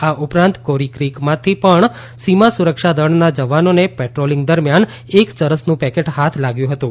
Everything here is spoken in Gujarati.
આ ઉપરાંત કોરી ક્રીકમાંથી પણ સીમાસુરક્ષા દળના જવાનોને પેટ્રોલિંગ દરમ્યાન એક ચરસનું પેકેટ હાથ લાગ્યું હતું